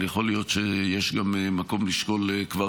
אבל יכול להיות שיש מקום גם לשקול כבר